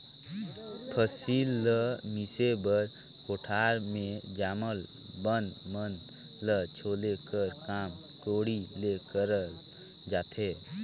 फसिल ल मिसे बर कोठार मे जामल बन मन ल छोले कर काम कोड़ी ले करल जाथे